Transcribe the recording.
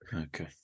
Okay